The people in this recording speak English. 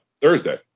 Thursday